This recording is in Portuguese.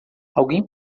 alguém